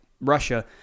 Russia